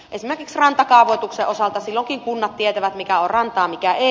esimerkiksi rantakaavoituksen osalta kunnat tietävät mikä on rantaa mikä ei